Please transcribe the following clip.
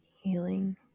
healing